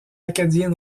acadiens